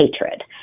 hatred